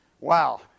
Wow